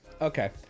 Okay